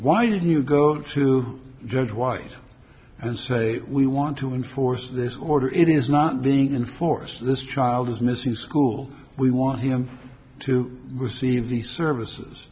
why didn't you go through very white and say we want to enforce this order it is not being enforced this child is missing school we want him to receive the services